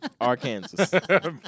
Arkansas